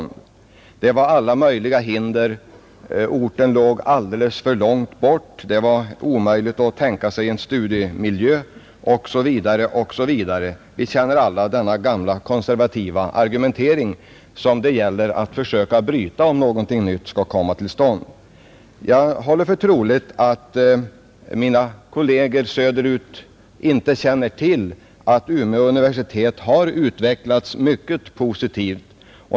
Då restes det alla möjliga hinder härför. Orten låg alltför långt bort, det var omöjligt att tänka sig en studiemiljö där osv. Vi känner alla till denna gamla konservativa argumentering, som det gäller att bryta om något nytt skall kunna komma till stånd. Jag håller för troligt att mina kolleger söderut inte känner till att Umeå universitet har utvecklats mycket positivt.